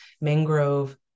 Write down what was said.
mangrove